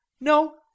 No